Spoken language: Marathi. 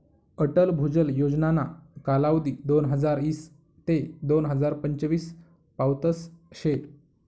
अटल भुजल योजनाना कालावधी दोनहजार ईस ते दोन हजार पंचवीस पावतच शे